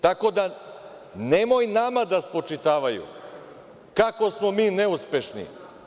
Tako da, nemoj nama da spočitavaju kako smo mi neuspešni.